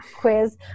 Quiz